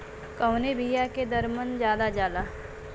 कवने बिया के दर मन ज्यादा जाला?